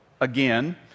again